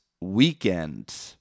weekend